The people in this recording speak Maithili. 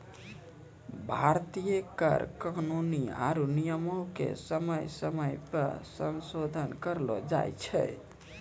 भारतीय कर कानून आरु नियमो के समय समय पे संसोधन करलो जाय छै